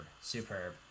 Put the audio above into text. superb